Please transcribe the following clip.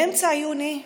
באמצע יוני,